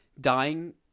dying